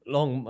Long